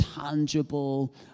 tangible